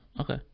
Okay